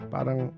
Parang